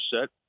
set